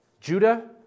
Judah